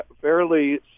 fairly